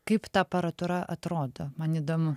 kaip ta aparatūra atrodo man įdomu